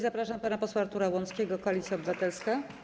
Zapraszam pana posła Artura Łąckiego, Koalicja Obywatelska.